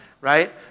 Right